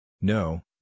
No